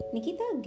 Nikita